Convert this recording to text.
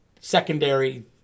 secondary